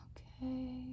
Okay